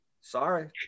sorry